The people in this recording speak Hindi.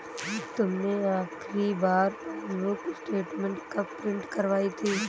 तुमने आखिरी बार पासबुक स्टेटमेंट कब प्रिन्ट करवाई थी?